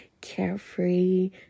carefree